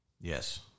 Yes